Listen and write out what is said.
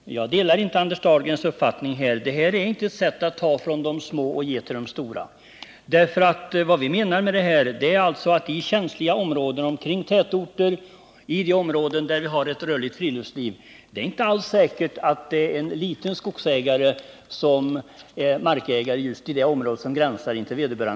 Herr talman! Jag delar inte Anders Dahlgrens uppfattning. Detta är inte ett sätt att ta från de små och ge till de rika. Vad vi avser med vårt förslag är känsliga områden kring tätorter och områden där vi har ett rörligt friluftsliv. Det är inte alls säkert att det är en liten markägare som har den skog som gränsar till en tätort.